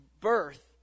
birth